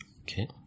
Okay